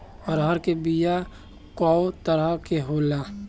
अरहर के बिया कौ तरह के होला?